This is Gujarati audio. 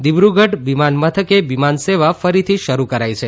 દિબુગઢ વિમાનમથખે વિમાન સેવા ફરીથી શરૂ કરાઇ છે